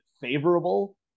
favorable